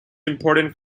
important